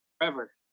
Forever